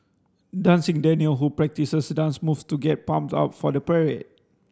dancing Daniel who practices dance moves to get pumped up for the parade